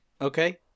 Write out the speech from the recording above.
Okay